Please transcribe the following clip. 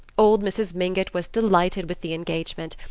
old mrs. mingott was delighted with the engagement,